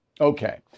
Okay